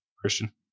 Christian